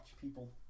people